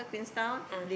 ah